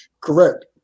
Correct